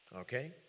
Okay